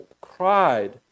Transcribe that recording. cried